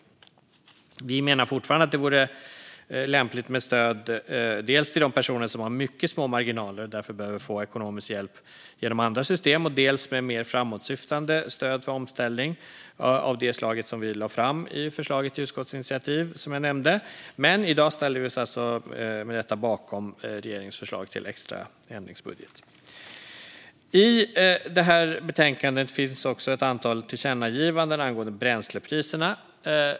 Vi menar fortfarande att det vore lämpligt med stöd till de personer som har mycket små marginaler och därför behöver få ekonomisk hjälp genom andra system. Det handlar också om mer framåtsyftande stöd för omställning av det slag som vi lade fram i förslaget till utskottsinitiativ som jag nämnde. Men i dag ställer vi oss med detta bakom regeringens förslag till extra ändringsbudget. I betänkandet finns också ett antal förslag till tillkännagivanden angående bränslepriserna.